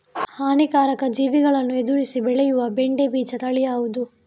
ಹಾನಿಕಾರಕ ಜೀವಿಗಳನ್ನು ಎದುರಿಸಿ ಬೆಳೆಯುವ ಬೆಂಡೆ ಬೀಜ ತಳಿ ಯಾವ್ದು?